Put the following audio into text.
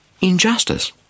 injustice